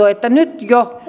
että nyt jo